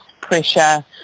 pressure